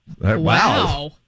Wow